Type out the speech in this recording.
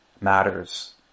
matters